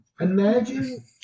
Imagine